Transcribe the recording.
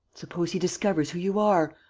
suppose he discovers who you are?